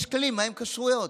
יש כללים מהן כשרויות.